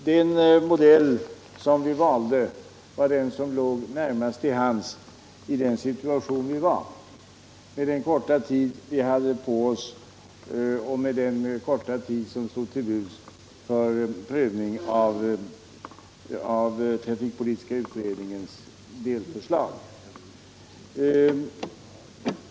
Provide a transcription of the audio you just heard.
Den modell som vi valde var den som låg närmast till hands i den situation vi befann oss i, med den korta tid vi hade på oss och med den korta tid som stod till buds för prövning av trafikpolitiska utredningens delförslag.